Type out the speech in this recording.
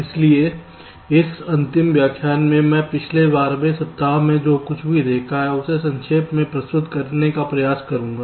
इसलिए इस अंतिम व्याख्यान में मैं पिछले १२ वें सप्ताह में जो कुछ भी देखा है उसे संक्षेप में प्रस्तुत करने का प्रयास करूंगा